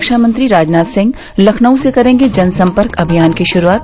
ख्वा मंत्री राजनाथ सिंह लखनऊ से करेंगे जन सम्पर्क अभियान की शुरूआत